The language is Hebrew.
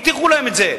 הבטיחו להם את זה.